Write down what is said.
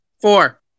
Four